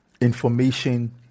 information